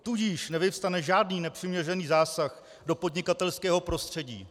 Tudíž nevyvstane žádný nepřiměřený zásah do podnikatelského prostředí.